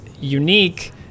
unique